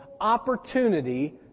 opportunity